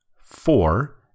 four